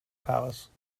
palace